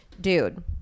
dude